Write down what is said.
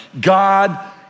God